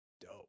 dope